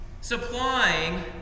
supplying